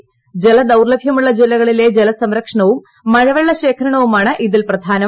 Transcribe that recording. ജല ജല ദൌർലഭ്യമുള്ള ജില്ലകളിലെ ജല സംരക്ഷണവും മഴവെള്ള ശേഖരണവുമാണ് ഇതിൽ പ്രധാനം